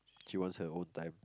she wants her own time